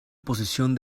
posesión